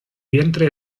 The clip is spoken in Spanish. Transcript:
vientre